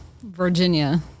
Virginia